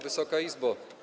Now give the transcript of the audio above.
Wysoka Izbo!